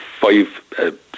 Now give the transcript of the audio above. Five